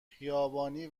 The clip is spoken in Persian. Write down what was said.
خیابانی